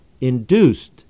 induced